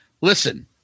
Listen